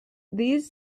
these